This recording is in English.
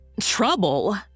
Trouble